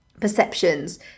perceptions